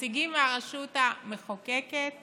נציגים מהרשות המחוקקת